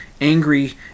angry